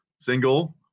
single